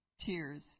tears